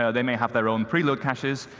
yeah they may have their own preload caches,